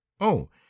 Oh